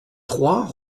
trois